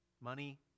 Money